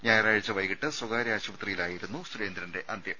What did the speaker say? ഞായറാഴ്ച വൈകിട്ട് സ്വകാര്യ ആശുപത്രിയിലായിരുന്നു സുരേന്ദ്രന്റെ അന്ത്യം